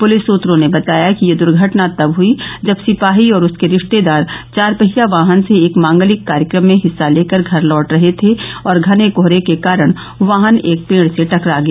police सत्रों ने बताया कि यह दर्घटना तब हई जब सिपाही और उसके रिश्तेदार चार पहिया वाहन से एक मांगलिक कार्यक्रम में हिस्सा लेकर घर लौट रहे थे और घने कोहरे के कारण वाहन एक पेड़ से टकरा गया